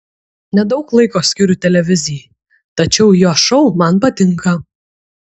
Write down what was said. nedaug laiko skiriu televizijai tačiau jo šou man patinka